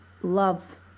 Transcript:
love